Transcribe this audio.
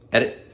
Edit